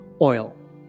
oil